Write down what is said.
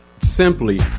simply